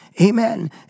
Amen